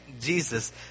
Jesus